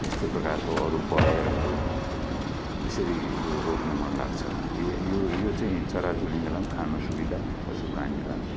यस्तै प्रकारको अरू बयरहरू यसरी यो रोप्न मन लाग्छ यो यो चाहिँ चरा चुरुङ्गीलाई पनि खानु सुविधा पशु प्राणीहरूलाई पनि नि